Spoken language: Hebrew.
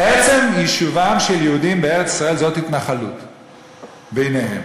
עצם יישובם של יהודים בארץ-ישראל הוא התנחלות בעיניהם.